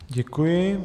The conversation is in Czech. Děkuji.